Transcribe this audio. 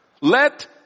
Let